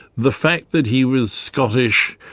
the fact that he was scottish,